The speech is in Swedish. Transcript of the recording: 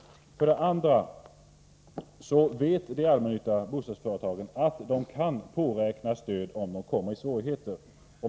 För det andra vet de allmännyttiga bostadsföretagen att de kan påräkna stöd om de kommer i svårigheter.